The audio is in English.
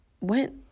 went